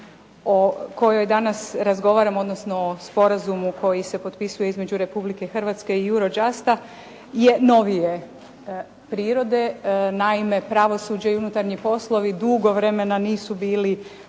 o kojoj danas razgovaramo, odnosno o Sporazumu koji se potpisuje između Republike Hrvatske i Eurojusta je novije prirode. Naime, pravosuđe i unutarnji poslovi dugo vremena nisu bili